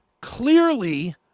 clearly